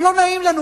אבל לא נעים לנו,